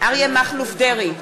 אריה מכלוף דרעי,